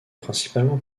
principalement